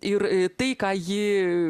ir tai ką ji